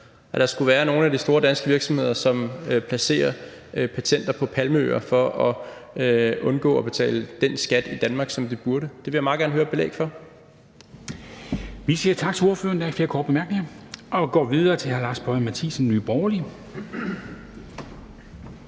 at der skulle være nogle af de store danske virksomheder, som placerer patenter på palmeøer for at undgå at betale den skat i Danmark, som de burde. Det vil jeg meget gerne høre et belæg for. Kl. 10:31 Formanden (Henrik Dam Kristensen): Vi siger tak til ordføreren. Der er ikke flere korte bemærkninger. Vi går videre til hr. Lars Boje Mathiesen, Nye Borgerlige.